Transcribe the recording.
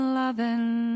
loving